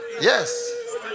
Yes